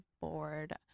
bored